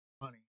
money